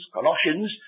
Colossians